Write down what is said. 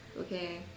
okay